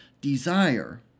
desire